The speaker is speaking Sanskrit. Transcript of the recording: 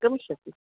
गमिष्यति